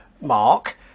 mark